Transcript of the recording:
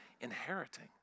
inheriting